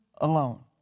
alone